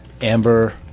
amber